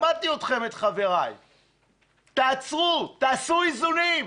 שמעתי אתכם, את חבריי, תעצרו, תעשו איזונים.